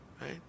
Right